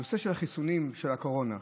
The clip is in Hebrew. הנושא של החיסונים של הקורונה,